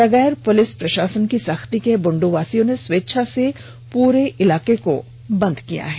बगैर पुलिस प्रशासन की सख्ती के बुंडूवासियों ने स्वेच्छा से पूरे इलाके को बंद किया है